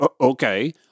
Okay